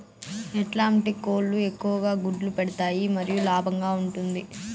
ఎట్లాంటి కోళ్ళు ఎక్కువగా గుడ్లు పెడతాయి మరియు లాభంగా ఉంటుంది?